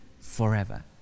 forever